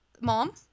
mom